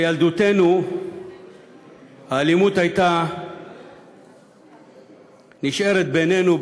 בילדותנו הייתה האלימות נשארת בינינו,